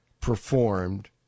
performed